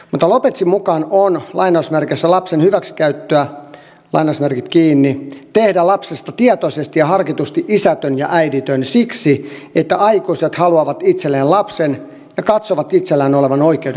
mutta lopezin mukaan on lapsen hyväksikäyttöä tehdä lapsesta tietoisesti ja harkitusti isätön ja äiditön siksi että aikuiset haluavat itselleen lapsen ja katsovat itsellään olevan oikeuden lapseen